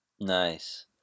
Nice